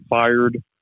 fired